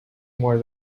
more